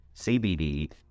CBD